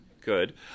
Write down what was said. good